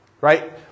Right